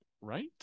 right